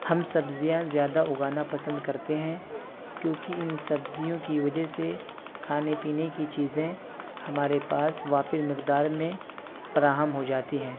ہم سبزیاں زیادہ اگانا پسند کرتے ہیں کیوںکہ ان سبزیوں کی وجہ سے کھانے پینے کی چیزیں ہمارے پاس وافر مقدار میں فراہم ہو جاتی ہیں